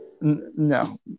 No